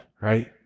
right